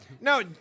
No